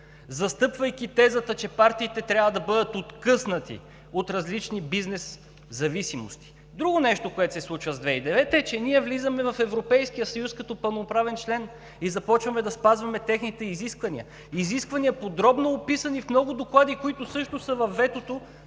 застъпвайки тезата, че партиите трябва да бъдат откъснати от различни бизнес зависимости. Друго нещо, което се случва след 2009 г., е, че ние влизаме в Европейския съюз като пълноправен член и започваме да спазваме техните изисквания, подробно описани в много доклади, които също са във ветото.